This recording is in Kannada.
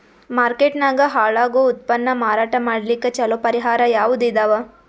ಮಾರ್ಕೆಟ್ ನಾಗ ಹಾಳಾಗೋ ಉತ್ಪನ್ನ ಮಾರಾಟ ಮಾಡಲಿಕ್ಕ ಚಲೋ ಪರಿಹಾರ ಯಾವುದ್ ಇದಾವ?